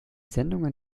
sendungen